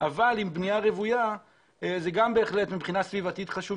אבל עם בנייה רוויה זה גם חשוב יותר מבחינה סביבתית